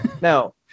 now